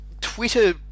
Twitter